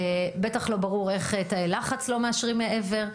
ובטח לא ברור איך לא מאשרים תאי לחץ מעבר.